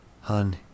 Hun